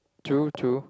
true true